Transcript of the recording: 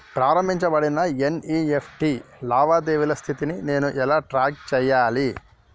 ప్రారంభించబడిన ఎన్.ఇ.ఎఫ్.టి లావాదేవీల స్థితిని నేను ఎలా ట్రాక్ చేయాలి?